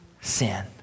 sin